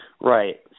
Right